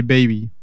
Baby